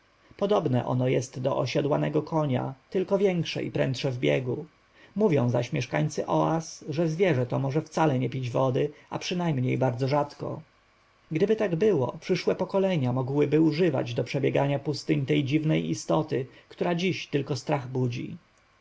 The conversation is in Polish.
podobne ono jest do osiodłanego konia tylko większe i prędsze w biegu mówią zaś mieszkańcy oaz że zwierzę to może wcale nie pić wody a przynajmniej bardzo rzadko gdyby tak było przyszłe pokolenia mogłyby używać do przebiegania pustyń tej dziwnej istoty która dziś tylko strach budzi